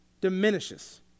diminishes